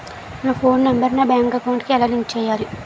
నా phone number నా bank account కి ఎలా లింక్ చేయాలి?